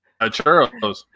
churros